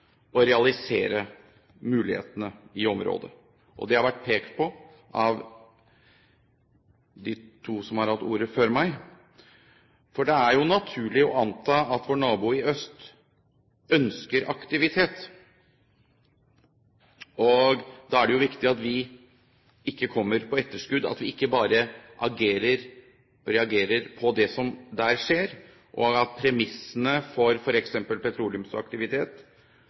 å realisere mulighetene i området. Det har blitt pekt på av de to som har hatt ordet før meg. For det er jo naturlig å anta at vår nabo i øst ønsker aktivitet. Da er det viktig at vi ikke kommer på etterskudd, at vi ikke bare agerer og reagerer på det som der skjer, og at premissene for f.eks. petroleumsaktivitet,